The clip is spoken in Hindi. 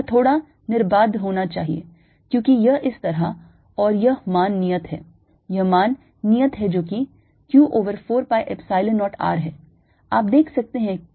यह थोड़ा निर्बाध होना चाहिए क्योंकि यह इस तरह और यह मान नियत है यह मान नियत है जो कि Q over 4 pi Epsilon 0 R है